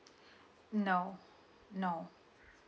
no no